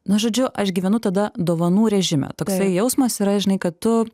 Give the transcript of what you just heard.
na žodžiu aš gyvenu tada dovanų režime toks jausmas yra žinai kad tu